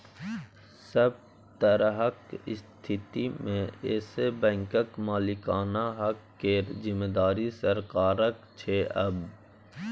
सभ तरहक स्थितिमे येस बैंकक मालिकाना हक केर जिम्मेदारी सरकारक छै आब